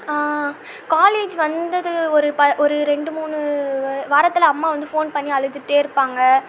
college வந்தது ஒரு ப ஒரு ரெண்டு மூணு வாரத்தில் அம்மா வந்து ஃபோன் பண்ணி அழுதுகிட்டேருப்பாங்க